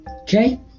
Okay